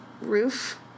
Roof